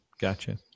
gotcha